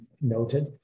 noted